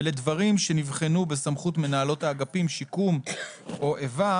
ולדברים שנבחנו בסמכות מנהלות האגפים שיקום או איבה